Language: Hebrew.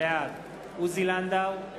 בעד עוזי לנדאו,